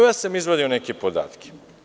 Ja sam izvadio neke podatke.